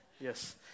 yes